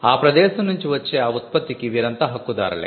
ఆ ప్రదేశం నుంచి వచ్చే ఆ ఉత్పత్తికి వీరంతా హక్కుదారులే